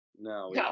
No